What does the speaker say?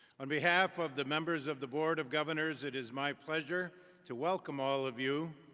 on behalf of the members of the board of governors, it is my pleasure to welcome all of you,